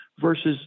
Versus